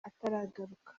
ataragaruka